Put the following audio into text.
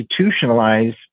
institutionalize